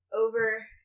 over